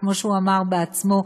וכמו שהוא אמר בעצמו,